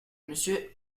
monsieur